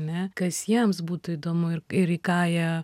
ne kas jiems būtų įdomu ir ir į ką jie